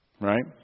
Right